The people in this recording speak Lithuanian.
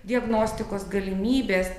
diagnostikos galimybės